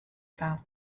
about